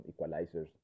equalizers